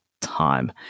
time